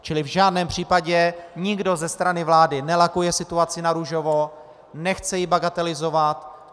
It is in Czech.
Čili v žádném případě nikdo ze strany vlády nelakuje situaci narůžovo, nechce ji bagatelizovat.